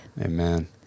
Amen